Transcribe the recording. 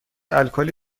الکلی